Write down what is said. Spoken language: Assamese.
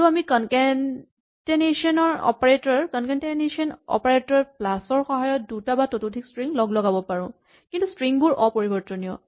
আৰু আমি কনকেটেনেচন অপাৰেটৰ প্লাচ ৰ সহায়ত দুটা বা ততোধিক ষ্ট্ৰিং লগলগাব পাৰো কিন্তু ষ্ট্ৰিং বোৰ অপৰিবৰ্তনীয়